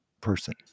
person